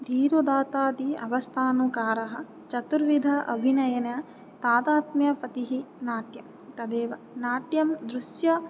धीरोदात्तादि अवस्थानुकाराः चतुर्विध अभिनयेन तादात्म्यपतिः नाट्यं तदेव नाट्यं दृश्य